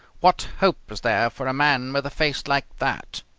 what hope is there for a man with a face like that?